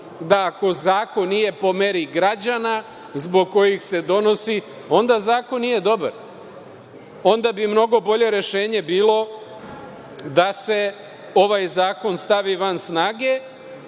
da ako zakon nije po meri građana zbog kojih se donosi, onda zakon nije dobar, onda bi mnogo bolje rešenje bilo da se ovaj zakon stavi van snage,